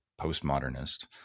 postmodernist